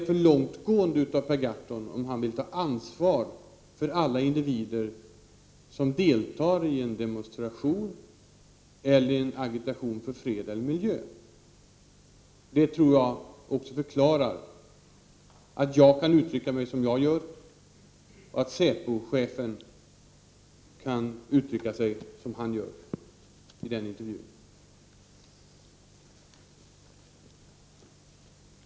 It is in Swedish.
Jag tycker Per Gahrton går för långt, om han vill ta ansvar för alla individer som deltar i en demonstration eller en agitation för fred eller miljö. Det tror jag också förklarar att jag kan uttrycka mig så som jag gör och att säpochefen kan uttrycka sig som han gör i den intervjun.